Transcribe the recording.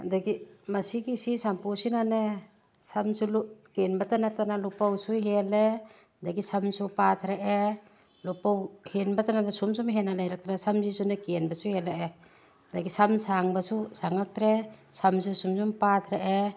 ꯑꯗꯒꯤ ꯃꯤꯁꯤꯒꯤ ꯁꯤ ꯁꯝꯄꯨꯁꯤꯅꯅꯦ ꯁꯝꯁꯨ ꯂꯣꯏ ꯀꯦꯟꯕꯇ ꯅꯠꯇꯅ ꯂꯨꯄꯧꯁꯨ ꯍꯦꯜꯂꯦ ꯑꯗꯒꯤ ꯁꯝꯁꯨ ꯄꯥꯊꯔꯛꯑꯦ ꯂꯨꯄꯧ ꯍꯦꯟꯕꯇ ꯅꯠꯇꯅ ꯁꯨꯝ ꯁꯨꯝ ꯍꯦꯟꯅ ꯂꯩꯔꯛꯂꯦ ꯁꯝꯁꯤꯁꯨꯅꯦ ꯀꯦꯟꯕꯁꯨ ꯍꯦꯜꯂꯛꯑꯦ ꯑꯗꯒꯤ ꯁꯝ ꯁꯥꯡꯕꯁꯨ ꯁꯥꯡꯉꯛꯇ꯭ꯔꯦ ꯁꯝꯁꯨ ꯁꯨꯝ ꯁꯨꯝ ꯄꯥꯊꯔꯛꯑꯦ